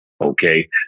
okay